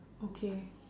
okay